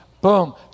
boom